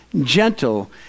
gentle